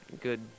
good